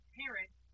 parents